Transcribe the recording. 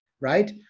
right